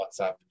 WhatsApp